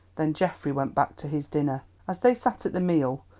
then geoffrey went back to his dinner. as they sat at the meal,